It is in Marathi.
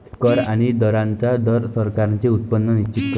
कर आणि दरांचा दर सरकारांचे उत्पन्न निश्चित करतो